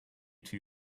two